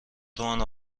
تومن